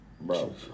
Bro